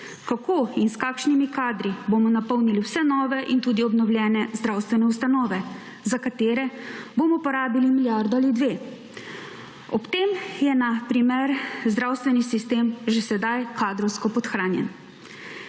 kako in s kakšnimi kadri bomo napolnili vse nove in tudi obnovljene zdravstvene ustanove za katere bomo porabili milijardo ali dve. Ob tem je na primer zdravstveni sistem že sedaj kadrovsko podhranjen.